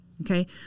Okay